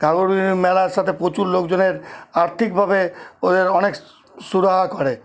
ঘাগড় বুড়ির মেলার সাথে প্রচুর লোকজনের আর্থিকভাবে ওদের অনেক সুরাহা করে